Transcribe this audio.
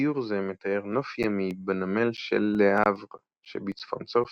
ציור זה מתאר נוף ימי בנמל של לה הבר שבצפון צרפת.